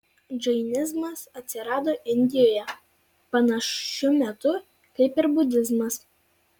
džainizmas atsirado indijoje panašiu metu kaip ir budizmas